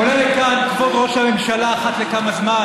עולה לכאן כבוד ראש הממשלה אחת לכמה זמן,